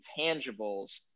intangibles